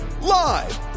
Live